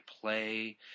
play